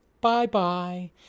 Bye-bye